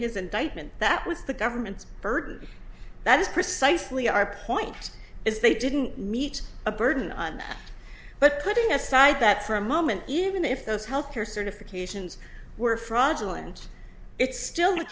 his indictment that was the government's burden that is precisely our point is they didn't meet a burden on that but putting aside that for a moment even if those health care certifications were fraudulent it's still the